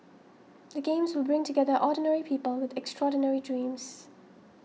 the games will bring together ordinary people with extraordinary dreams